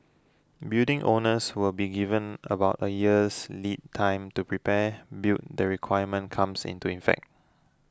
building owners will be given about a year's lead time to prepare build the requirement comes into effect